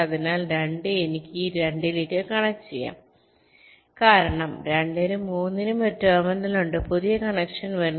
അതിനാൽ 2 എനിക്ക് ഈ 2 ലേക്ക് കണക്റ്റുചെയ്യാം കാരണം 2 നും 3 നും ഒരു ടെർമിനൽ ഉണ്ട് പുതിയ കണക്ഷൻ വരുന്നു